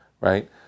right